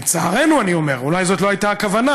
לצערנו, אני אומר, אולי זאת לא הייתה הכוונה,